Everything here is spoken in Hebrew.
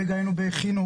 כרגע היינו בחינוך,